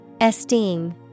Esteem